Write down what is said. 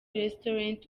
restaurant